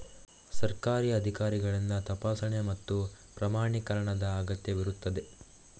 ಸರ್ಕಾರಿ ಅಧಿಕಾರಿಗಳಿಂದ ತಪಾಸಣೆ ಮತ್ತು ಪ್ರಮಾಣೀಕರಣದ ಅಗತ್ಯವಿರುತ್ತದೆ